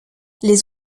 les